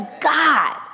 God